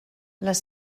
les